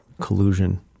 collusion